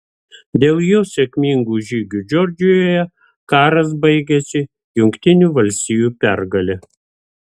dėl jo sėkmingų žygių džordžijoje karas baigėsi jungtinių valstijų pergale